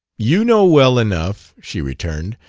you know well enough, she returned.